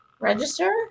register